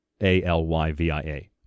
A-L-Y-V-I-A